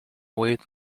waved